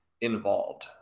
involved